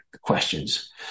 questions